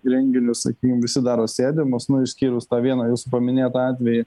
renginius sakykim visi daro sėdimas nu išskyrus tą vieną jūsų paminėtą atvejį